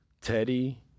Teddy